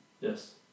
Yes